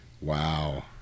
Wow